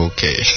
Okay